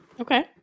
Okay